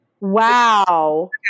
Wow